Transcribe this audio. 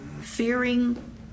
fearing